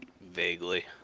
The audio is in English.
vaguely